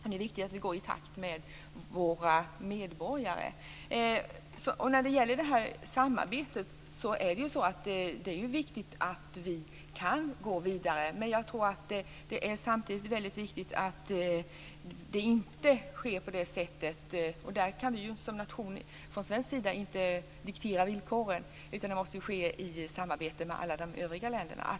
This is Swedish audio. Det är viktigt att vi går i takt med våra medborgare. När det gäller det här samarbetet är det ju så att det är viktigt att vi kan gå vidare. Men jag tror samtidigt att det är väldigt viktigt att det inte sker på det här sättet. Där kan vi som nation från svensk sida inte diktera villkoren. Det måste ske i samarbete med alla de övriga länderna.